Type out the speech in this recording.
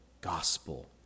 gospel